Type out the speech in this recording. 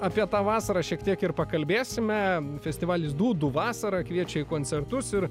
apie tą vasarą šiek tiek ir pakalbėsime festivalis dūdų vasara kviečia į koncertus ir